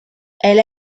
elle